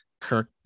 kirk